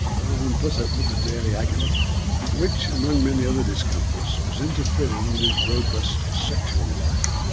rather than put up with the daily agony which, among many other discomforts, was interfering with his robust sexual life.